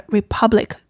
Republic